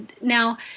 Now